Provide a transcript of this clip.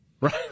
Right